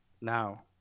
now